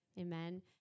Amen